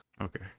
Okay